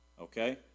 Okay